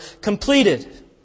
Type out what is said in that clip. completed